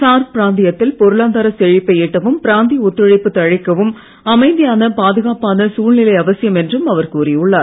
SAARC பிராந்தியத்தில் பொருளாதார செழிப்பை எட்டவும் பிராந்திய ஒத்துழைப்பு தழைக்கவும் அமைதியான பாதுகாப்பான சூழ்நிலை அவசியம் என்றும் அவர் கூறியுள்ளார்